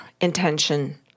intention